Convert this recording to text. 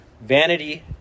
Vanity